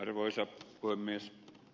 arvoisa puhemies